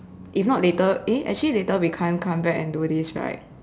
if not later eh actually later we can't come back and do this right